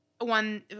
One